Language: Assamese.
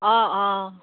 অঁ অঁ